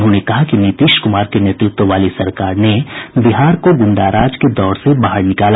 उन्होंने कहा कि नीतीश कुमार के नेतृत्व वाली सरकार ने बिहार को गुंडाराज के दौर से बाहर निकाला